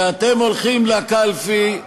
וכשאתם הולכים לקלפי,